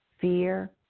Fear